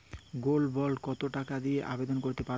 Gold bond কত টাকা দিয়ে আবেদন করতে পারবো?